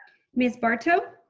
miss barto?